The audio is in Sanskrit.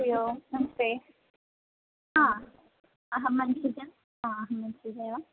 हरिः ओं नमस्ते हा अहं मनसिजा हा अहं मनसिजा